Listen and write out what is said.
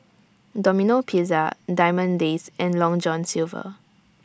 Domino Pizza Diamond Days and Long John Silver